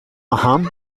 ujum